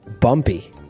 Bumpy